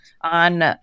on